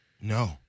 no